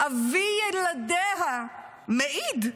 אבי ילדיה, מעיד,